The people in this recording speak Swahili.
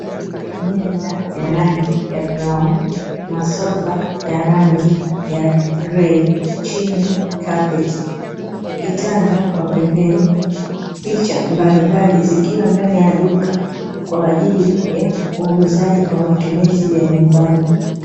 Meza ya rangi ya kahawia, masofa ya rangi ya kahawia chini kapeti, kitanda kwa pembeni picha mbalimbali zikiwa ndani ya duka, kwajili ya uwuzaji kwa matumizi ya nyumbani.